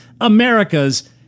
America's